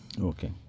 Okay